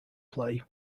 play